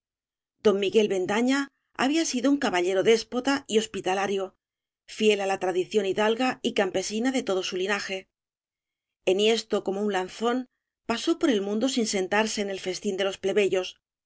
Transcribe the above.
don miguel bendaña había sido un caballero déspota y hospitalario fiel á la tradición hidalga y campesina de todo su linaje enhiesto como un lanzón pasó por el mundo sin sentarse en el festín de los plebeyos